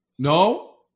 No